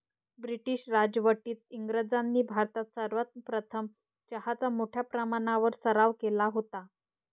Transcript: British राजवटीत इंग्रजांनी भारतात सर्वप्रथम चहाचा मोठ्या प्रमाणावर सराव केला होता